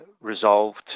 resolved